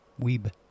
weeb